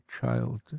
child